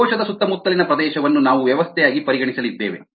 ಕೋಶದ ಸುತ್ತಮುತ್ತಲಿನ ಪ್ರದೇಶವನ್ನು ನಾವು ವ್ಯವಸ್ಥೆಯಾಗಿ ಪರಿಗಣಿಸಲಿದ್ದೇವೆ